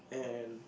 and